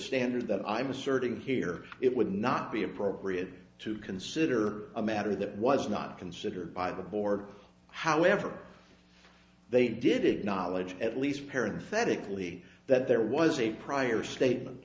standard that i'm asserting here it would not be appropriate to consider a matter that was not considered by the board however they did acknowledge at least parent fedak leave that there was a prior statement